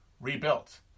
rebuilt